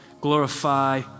Glorify